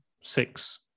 six